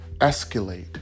escalate